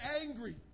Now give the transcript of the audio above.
angry